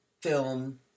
film